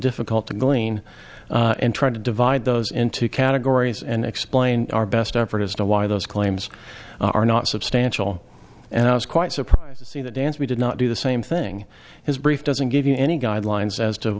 difficult to glean and try to divide those into categories and explain our best effort as to why those claims are not substantial and i was quite surprised to see the dance we did not do the same thing his brief doesn't give you any guidelines as to